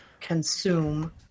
consume